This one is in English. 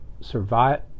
survive